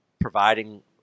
providing